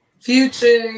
Future